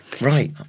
right